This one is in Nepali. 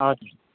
हजुर